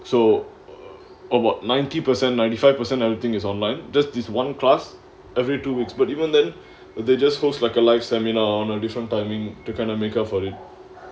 so about ninety percent ninety five percent editing is online just this [one] class every two weeks but even then they just post like online seminar on err different timing to kind of make up for it